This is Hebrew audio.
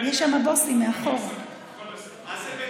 יש שם בוסים מאחור, כן?